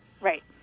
Right